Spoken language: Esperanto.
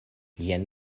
jen